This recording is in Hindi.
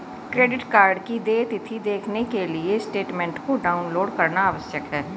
क्रेडिट कार्ड की देय तिथी देखने के लिए स्टेटमेंट को डाउनलोड करना आवश्यक है